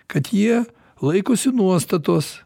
kad jie laikosi nuostatos